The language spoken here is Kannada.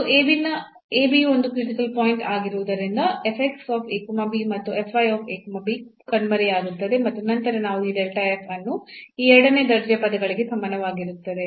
ಇದು ಒಂದು ಕ್ರಿಟಿಕಲ್ ಪಾಯಿಂಟ್ ಆಗಿರುವುದರಿಂದ ಮತ್ತು ಕಣ್ಮರೆಯಾಗುತ್ತದೆ ಮತ್ತು ನಂತರ ನಾವು ಈ ಅನ್ನು ಈ ಎರಡನೇ ದರ್ಜೆಯ ಪದಗಳಿಗೆ ಸಮಾನವಾಗಿರುತ್ತದೆ